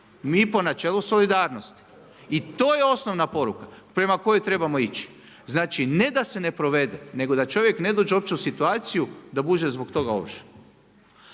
Mi po načelu solidarnosti i to je osnovna poruka prema kojoj trebamo ići. Znači, ne da se ne provede, nego da čovjek ne dođe uopće u situaciju da bude zbog toga ovršen.